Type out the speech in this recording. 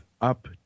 up